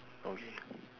okay